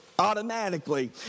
automatically